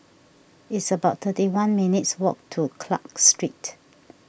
it's about thirty one minutes' walk to Clarke Street